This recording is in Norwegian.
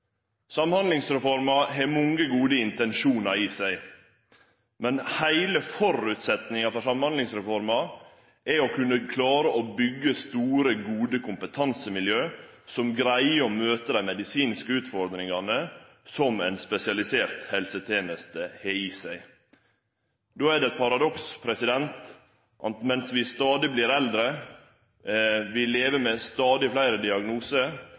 Samhandlingsreforma har mange gode intensjonar, men heile føresetnaden for Samhandlingsreforma er å kunne klare å byggje store, gode kompetansemiljø som greier å møte dei medisinske utfordringane som ei spesialisert helseteneste har i seg. Då er det eit paradoks at mens vi stadig vert eldre og vi lever med stadig fleire diagnosar,